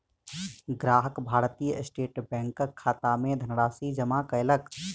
ग्राहक भारतीय स्टेट बैंकक खाता मे धनराशि जमा कयलक